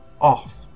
off